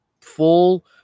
full